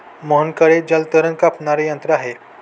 मोहनकडे जलतण कापणारे यंत्र आहे